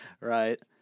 Right